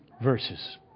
verses